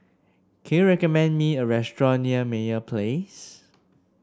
can you recommend me a restaurant near Meyer Place